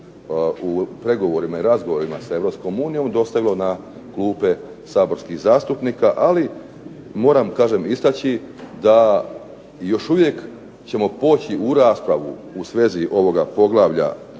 u pregovorima i razgovorima sa Europskom unijom, dostavilo na klupe saborskih zastupnika, ali moram kažem istaći da još uvijek ćemo poći u raspravu u svezi ovoga poglavlja